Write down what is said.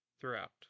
throughout